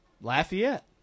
Lafayette